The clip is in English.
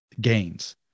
gains